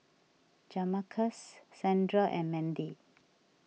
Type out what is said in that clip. Jamarcus Sandra and Mandy